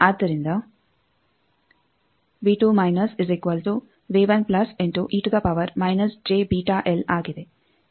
ಆದ್ದರಿಂದ ಆಗಿದೆ